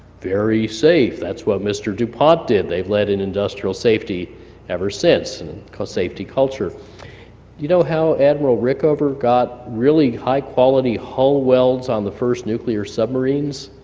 very safe, that's what mr. dupont did. they've led in industrial safety ever since and and called safety culture. do you know how admiral rickover got really high quality hull welds on the first nuclear submarines?